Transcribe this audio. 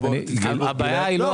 זה